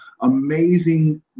amazing